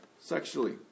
sexually